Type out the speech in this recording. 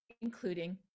including